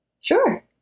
Sure